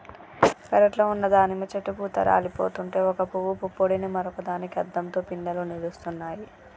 పెరట్లో ఉన్న దానిమ్మ చెట్టు పూత రాలిపోతుంటే ఒక పూవు పుప్పొడిని మరొక దానికి అద్దంతో పిందెలు నిలుస్తున్నాయి